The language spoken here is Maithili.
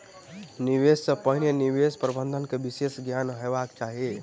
निवेश सॅ पहिने निवेश प्रबंधन के विशेष ज्ञान हेबाक चाही